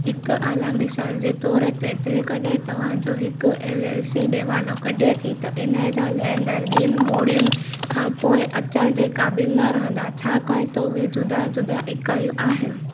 हिकु आला मिसाल जे तौर ते जेकॾहिं तव्हां जो हिकु एल एल सी ॾेवालो कढे थी त इन जा लहिणेदार ॿियनि मोड़ियुनि खां पोइ अचण जे क़ाबिलु न रहंदा छाकाणि त उहे जुदा जुदा इकायूं आहिनि